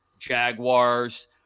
Jaguars